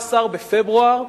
16 בפברואר,